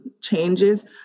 changes